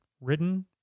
written